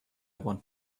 want